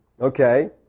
Okay